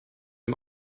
dem